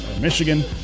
Michigan